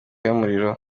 y’umuriro